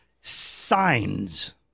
signs